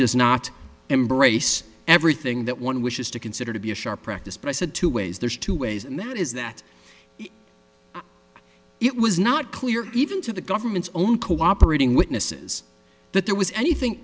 does not embrace everything that one wishes to consider to be a sharp practice but i said two ways there's two ways and that is that it was not clear even to the government's own cooperating witnesses that there was anything